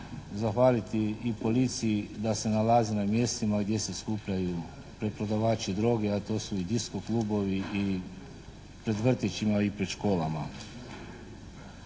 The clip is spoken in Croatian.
zahvaliti i policiji da se nalazi na mjestima gdje se skupljaju preprodavači droge, a to su i disko klubovi i pred vrtićima i pred školama.